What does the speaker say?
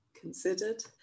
considered